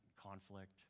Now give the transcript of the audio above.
conflict